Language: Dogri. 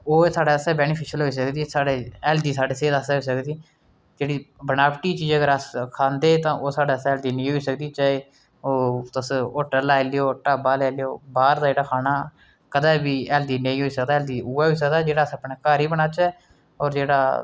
ओह् साढ़े आस्तै वैनीफेशियल होई सकदा की जे साढ़े हैल्दी साढ़ी सेह्त आस्तै जेह्ड़ी बनावटी चीज अगर अस खंदे तां ओह् साढ़े आस्तै हैल्दी नेईं होई सकदी चाहे ओह् तुस होटल लाई लैओ ढाबा लाई लैओ बाह्र लाई लैओ खाना कदें बी हैल्दी नेईं होई सकदा हैल्दी उ'ऐ होई सकदा जेह्ड़ा अस अपने घर बनाह्चै होर जेह्ड़ा